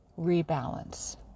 rebalance